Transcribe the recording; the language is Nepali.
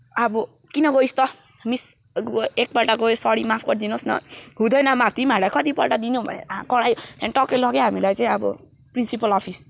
अब किन गइस त मिस एकपल्ट गएँ सरी माफ गरिदिनुहोस् न हुँदैन माफ तिमीहरूलाई कतिपल्ट दिनु भनेर करायो त्यहाँदेखि टक्कै लग्यो हामीलाई चाहिँ अब प्रिन्सिपल अफिस